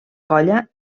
colla